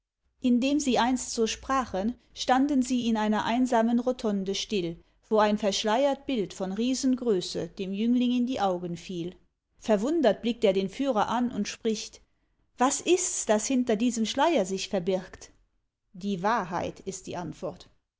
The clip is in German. indem sie einst so sprachen standen sie in einer einsamen rotonde still wo ein verschleiert bild von riesengröße dem jüngling in die augen fiel verwundert blickt er den führer an und spricht was ists das hinter diesem schleier sich verbirgt die wahrheit ist die antwort